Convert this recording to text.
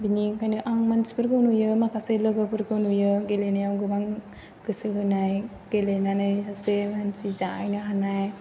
बेनिखायनो आं मानसिफोरखौ नुयो माखासे लोगोफोरखौ नुयो गेलेनायाव गोबां गोसो होनाय गेलेनानै सासे मानसि जाहैनो हानाय